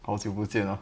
好久不见 ah